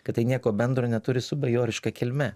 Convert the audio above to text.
kad tai nieko bendro neturi su bajoriška kilme